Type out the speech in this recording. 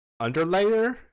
underlayer